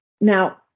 Now